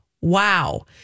wow